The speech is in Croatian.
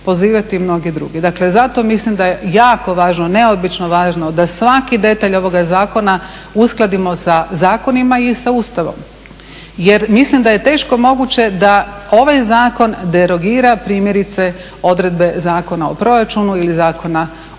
pozivati mnogi drugi. Dakle, zato mislim da je jako važno, neobično važno da svaki detalj ovoga zakona uskladimo sa zakonima i sa Ustavom. Jer mislim da je teško moguće da ovaj zakon derogira primjerice odredbe Zakona o proračunu ili Zakona o izvršenju